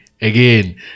Again